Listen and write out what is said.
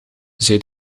zei